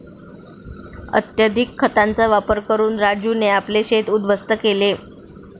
अत्यधिक खतांचा वापर करून राजूने आपले शेत उध्वस्त केले